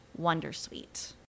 Wondersuite